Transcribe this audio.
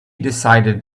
decided